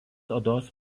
odos